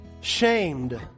shamed